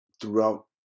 throughout